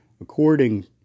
according